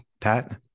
Pat